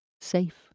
Safe